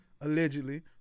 allegedly